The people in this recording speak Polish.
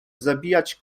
zabijać